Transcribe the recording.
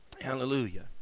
Hallelujah